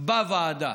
בוועדה